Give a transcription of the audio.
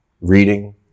reading –